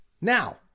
Now